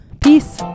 peace